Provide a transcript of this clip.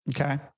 Okay